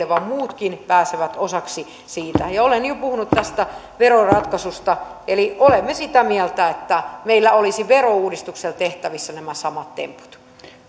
vaan muutkin pääsevät osaksi siitä olen jo puhunut tästä veroratkaisusta eli olemme sitä mieltä että meillä olisi verouudistuksella tehtävissä nämä samat temput